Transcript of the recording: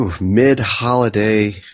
mid-holiday